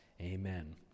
Amen